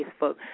Facebook